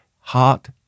heart